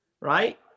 right